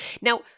Now